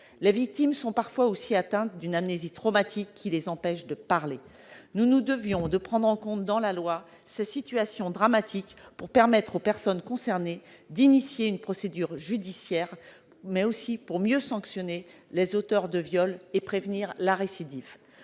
les victimes sont parfois atteintes d'une amnésie traumatique qui les empêche de parler. Nous nous devions de prendre en compte, dans la loi, ces situations dramatiques pour permettre aux personnes concernées d'engager une procédure judiciaire, mais aussi pour mieux sanctionner les auteurs de viol et prévenir la récidive.